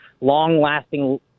long-lasting